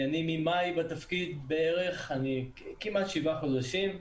אני ממאי בתפקיד, כ-7 חודשים,